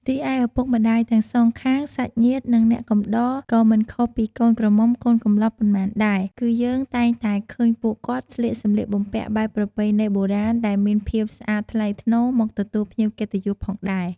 រីឯឪពុកម្តាយទាំងសងខាង សាច់ញាតិ និងអ្នកកំដរក៏មិនខុសពីកូនក្រមុំកូនកំលោះប៉ុន្មានដែល គឺយើងតែងតែឃើញពួកគាត់ស្លៀកសំលៀកបំពាក់បែបប្រពៃណីបុរាណដែលមានភាពស្អាតថ្លៃថ្នូរមកទទួលភ្ញៀវកិត្តិយសផងដែរ។